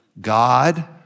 God